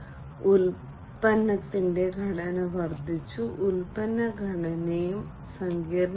0 ന്റെ പശ്ചാത്തലത്തിൽ പുതിയ ഉൽപ്പന്നങ്ങളിൽ ഔട്ട്സോഴ്സിംഗ് വർദ്ധിപ്പിച്ചു ഉൽപ്പന്നങ്ങളുടെ ഘടന സങ്കീർണ്ണമായിരിക്കുന്നു